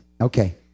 okay